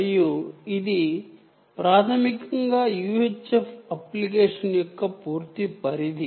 మరియు ఇది ప్రాథమికంగా UHF అప్లికేషన్ యొక్క పూర్తి రేంజ్